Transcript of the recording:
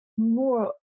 more